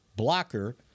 Blocker